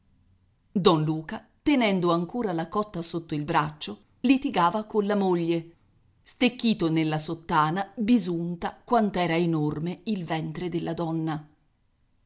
don luca tenendo ancora la cotta sotto il braccio litigava colla moglie stecchito nella sottana bisunta quant'era enorme il ventre della donna